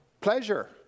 pleasure